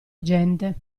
gente